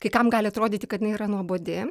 kai kam gali atrodyti kad jinai yra nuobodi